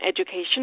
education